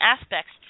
aspects